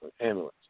ambulance